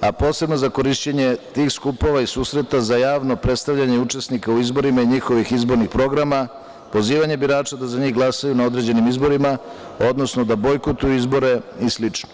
a posebno za korišćenje tih skupova i susreta za javno predstavljanje učesnika u izborima i njihovih izbornih programa, pozivanje birača da za njih glasaju na određenim izborima, odnosno da bojkotuju izbore i slično.